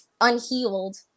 unhealed